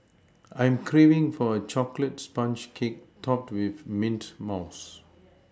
I am craving for a chocolate sponge cake topped with mint mousse